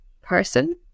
person